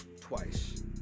twice